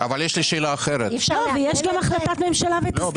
יש גם החלטת ממשלה ותזכיר